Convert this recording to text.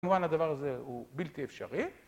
כמובן הדבר הזה הוא בלתי אפשרי.